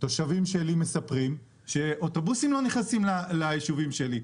תושבים שלי מספרים שאוטובוסים לא נכנסים ליישובים שלנו.